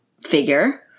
figure